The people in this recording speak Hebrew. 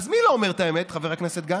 אז מי לא אומר את האמת, חבר הכנסת גנץ,